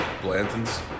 Blanton's